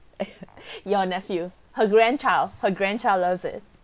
your nephew her grandchild her grandchild loves it